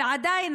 ועדיין,